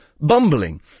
Bumbling